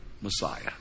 Messiah